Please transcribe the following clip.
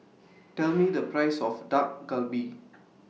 Tell Me The Price of Dak Galbi